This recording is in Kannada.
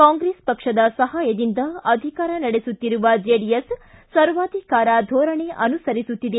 ಕಾಂಗ್ರೆಸ್ ಪಕ್ಷದ ಸಹಾಯದಿಂದ ಅಧಿಕಾರ ನಡೆಸುತ್ತಿರುವ ಜೆಡಿಎಸ್ ಸರ್ವಾಧಿಕಾರ ಧೋರಣೆ ಅನುಸರಿಸುತ್ತಿದೆ